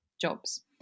jobs